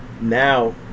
now